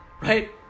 right